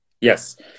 Yes